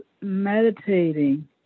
meditating